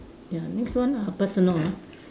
ya next one ah personal ah